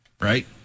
Right